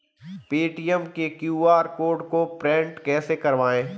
Paytm के QR code को print कैसे करवाएँ?